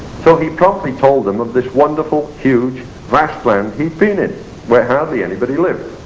so he promptly told them of this wonderful, huge, vast land he'd been in where hardly anybody lived.